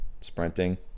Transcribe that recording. sprinting